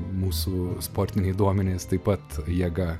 mūsų sportiniai duomenys taip pat jėga